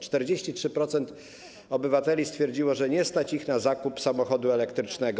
43% obywateli stwierdziło, że nie stać ich na zakup samochodu elektrycznego.